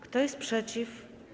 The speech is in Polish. Kto jest przeciw?